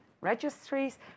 registries